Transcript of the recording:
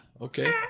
Okay